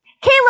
Caleb